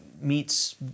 meets